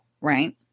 right